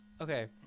Okay